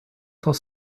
cent